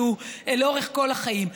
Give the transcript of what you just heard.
שהיא לאורך כל החיים.